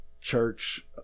church